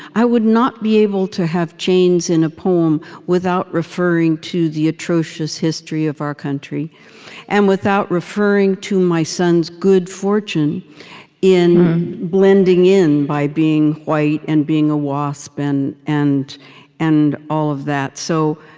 i would not be able to have chains in a poem without referring to the atrocious history of our country and without referring to my son's good fortune in blending in by being white and being a wasp and and and all of that so